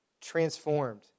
transformed